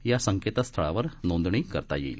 या संकेतस्थळावर नोंदणी करता येईल